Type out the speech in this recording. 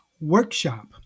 workshop